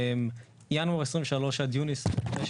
שמינואר 2023 עד יוני 2025,